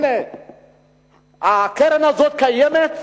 הנה הקרן הזאת קיימת,